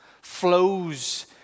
flows